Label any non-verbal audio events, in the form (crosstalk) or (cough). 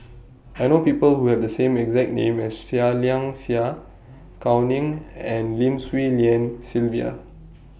(noise) I know People Who Have The same exact name as Seah Liang Seah Gao Ning and Lim Swee Lian Sylvia